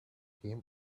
came